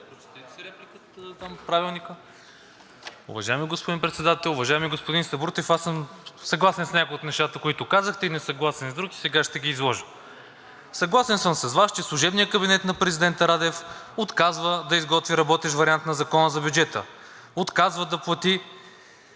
(Продължаваме Промяната): Уважаеми господин Председател! Уважаеми господин Сабрутев, аз съм съгласен с някои от нещата, които казахте, и несъгласен с други, сега ще ги изложа. Съгласен съм с Вас, че служебният кабинет на президента Радев отказва да изготви работещ вариант на Закона за бюджета, приема да плаши